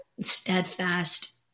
steadfast